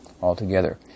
altogether